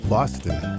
Boston